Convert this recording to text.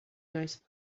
nice